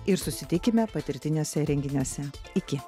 ir susitikime patirtiniuose renginiuose iki